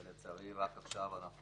ולצערי, רק עכשיו אנחנו